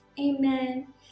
Amen